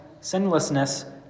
sinlessness